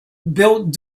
built